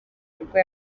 nibwo